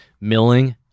Milling